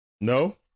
No